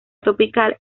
tropical